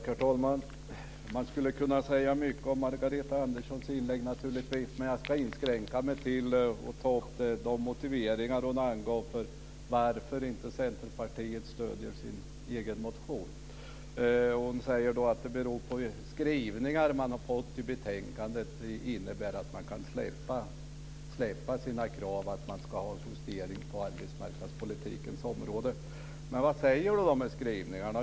Herr talman! Man skulle naturligtvis kunna säga mycket om Margareta Anderssons anförande, men jag ska inskränka mig till att ta upp de motiveringar som hon angav för varför inte Centerpartiet stöder sin egen motion. Hon säger att det beror på att de skrivningar som man har fått igenom i betänkandet innebär att man kan släppa sina krav på en justering på arbetsmarknadspolitikens område. Men vad säger då skrivningarna?